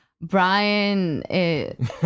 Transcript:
Brian